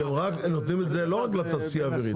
אתם נותנים את זה לא רק לתעשייה האווירית,